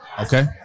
Okay